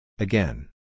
Again